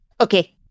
Okay